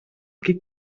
qui